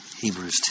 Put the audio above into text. Hebrews